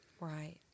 Right